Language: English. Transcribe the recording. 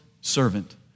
servant